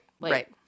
right